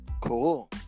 Cool